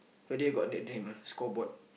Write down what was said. further got the name ah scoreboard